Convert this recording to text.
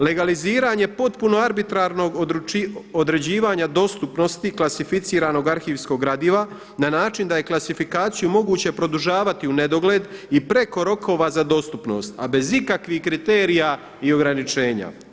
Legaliziranje potpuno arbitrarnog određivanja dostupnosti klasificiranog arhivskog gradiva na način da je klasifikaciju moguće produžavati u nedogled i preko rokova za dostupnost, a bez ikakvih kriterija i ograničenja.